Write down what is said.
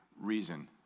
reason